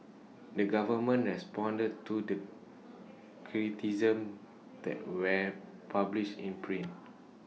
the government has responded to the criticisms that where published in print